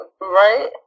Right